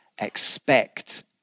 expect